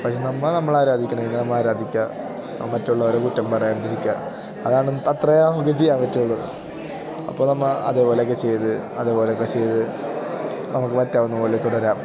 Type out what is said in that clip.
പക്ഷേ നമ്മൾ നമ്മളാരാധിക്കണേനെ നമ്മളാരാധിയ്ക്കുക മറ്റുള്ളവരെ കുറ്റം പറയാണ്ടിരിക്കുക അതാണ് എത്രയാണ് നമുക്ക് ചെയ്യാൻ പറ്റുകയുള്ളു അപ്പം നമ്മൾ അതേ പോലെയൊക്കെ ചെയ്ത് അതേ പോലെയൊക്കെ ചെയ്ത് നമുക്ക് പറ്റാവുന്ന പോലെ തുടരാം